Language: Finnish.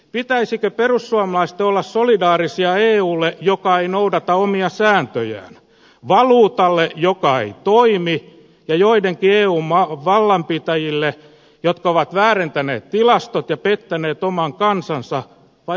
pitäisikö perussuomalaisten olla solidaarisia eulle joka ei noudata omia sääntöjään valuutalle joka ei toimi ja joidenkin eu maiden vallanpitäjille jotka ovat väärentäneet tilastot ja pettäneet oman kansansa vai omille äänestäjilleen